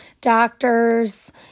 doctors